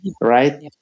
right